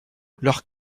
leurs